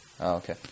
Okay